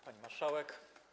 Pani Marszałek!